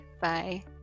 bye